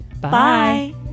Bye